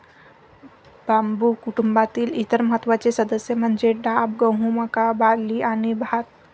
बांबू कुटुंबातील इतर महत्त्वाचे सदस्य म्हणजे डाब, गहू, मका, बार्ली आणि भात